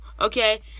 okay